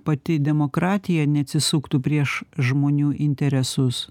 pati demokratija neatsisuktų prieš žmonių interesus